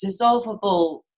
dissolvable